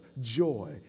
joy